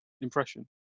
impression